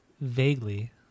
Vaguely